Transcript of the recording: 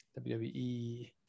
WWE